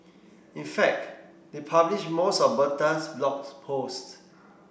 in fact they published most of Bertha's blogs posts